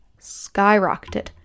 skyrocketed